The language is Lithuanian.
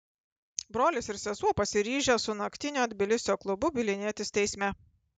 brolis ir sesuo pasiryžę su naktinio tbilisio klubu bylinėtis teisme